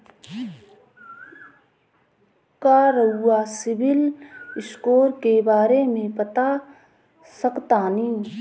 का रउआ CIBIL score के बारे में बता सकतानी?